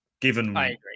given